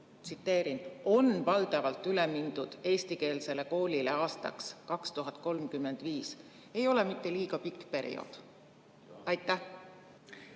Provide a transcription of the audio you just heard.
on valdavalt üle mindud eestikeelsele koolile aastaks 2035", ei ole mitte liiga pikk periood? Aitäh